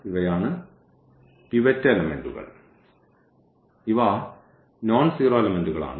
ഇവയാണ് പിവറ്റ് എലെമെന്റുകൾ ഇവ നോൺസീറോ എലെമെന്റുകളാണ്